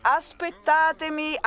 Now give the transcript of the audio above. aspettatemi